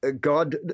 God